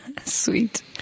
Sweet